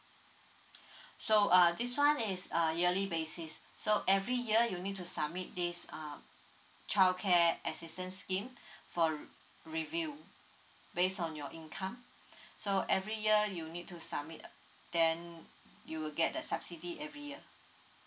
so uh this one is a yearly basis so every year you need to submit days err childcare assistance scheme for review based on your income so every year you need to submit then you will get the subsidy every year